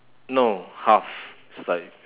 no half is like